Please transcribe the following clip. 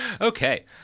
Okay